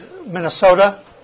Minnesota